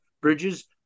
Bridges